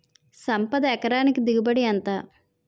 సంపద ఎకరానికి దిగుబడి ఎంత?